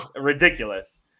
ridiculous